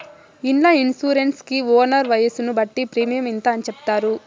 ఇండ్ల ఇన్సూరెన్స్ కి ఓనర్ వయసును బట్టి ప్రీమియం ఇంత అని చెప్తారు